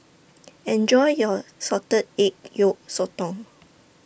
Enjoy your Salted Egg Yolk Sotong